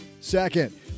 Second